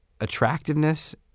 attractiveness